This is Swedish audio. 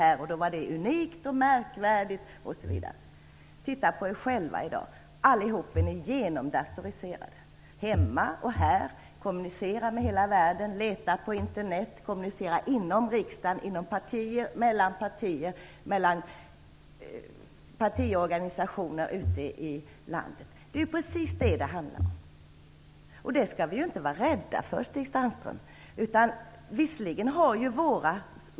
Det var unikt, märkvärdigt osv. Titta på er själva i dag! Ni är genomdatoriserade allihop, både hemma och här i riksdagen. Vi kommunicerar med hela världen, letar på internet, kommunicerar inom riksdagen, inom partier, mellan partier och med partiorganisationer ute i landet. Det är precis vad det handlar om. Vi skall inte vara rädda för det, Stig Sandström.